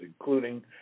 including